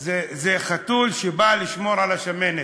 היא חתול שבא לשמור על השמנת.